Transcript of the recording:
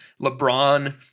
LeBron